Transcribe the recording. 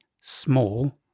small